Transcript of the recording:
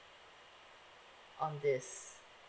on this